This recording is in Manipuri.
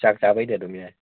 ꯆꯥꯛ ꯆꯥꯕꯩꯗꯤ ꯑꯗꯨꯝ ꯌꯥꯏ